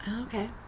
okay